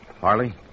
Harley